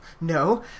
no